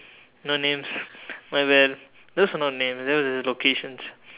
no names well were those were not names those were just locations